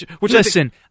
Listen